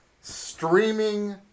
streaming